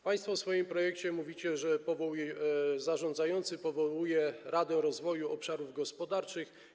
Państwo w swoim projekcie mówicie, że zarządzający powołuje radę rozwoju obszarów gospodarczych.